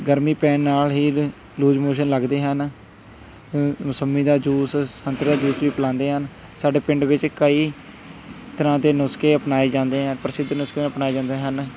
ਗਰਮੀ ਪੈਣ ਨਾਲ ਹੀ ਲੂਜ ਮੋਸ਼ਨ ਲੱਗਦੇ ਹਨ ਮੁਸੱਮੀ ਦਾ ਜੂਸ ਸੰਤਰੇ ਦਾ ਜੂਸ ਵੀ ਪਿਲਾਉਂਦੇ ਹਨ ਸਾਡੇ ਪਿੰਡ ਵਿੱਚ ਕਈ ਤਰ੍ਹਾਂ ਦੇ ਨੁਸਖੇ ਅਪਣਾਏ ਜਾਂਦੇ ਆ ਪ੍ਰਸਿੱਧ ਨੁਸਖੇ ਅਪਣਾਏ ਜਾਂਦੇ ਹਨ